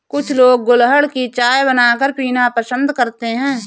कुछ लोग गुलहड़ की चाय बनाकर पीना पसंद करते है